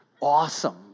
awesome